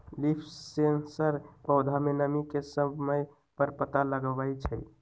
leaf sensor पौधा में नमी के समय पर पता लगवई छई